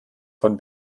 von